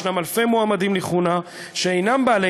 יש אלפי מועמדים לכהונה שאינם בעלי